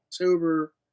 October